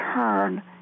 turn